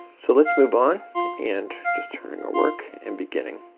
so let's move on and just turn your work and beginning.